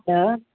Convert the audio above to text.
hello